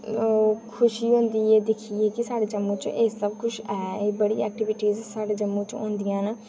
ओह् बड़ी गै खुशी होंदी ऐ दिक्खियै के साढ़े जम्मू च एह् सब कुछ ऐ एह् बड़ी एक्टीविटियां साढ़े जम्मू च होंदियां न